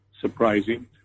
surprising